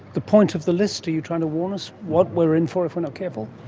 the point of the list? are you trying to warn us what we're in for if we're not careful?